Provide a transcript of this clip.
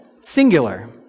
singular